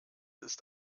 ist